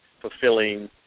fulfilling